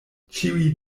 ĉiuj